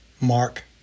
Mark